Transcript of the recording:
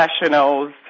professionals